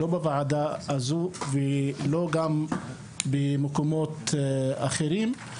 לא בוועדה הזו ולא במקומות אחרים.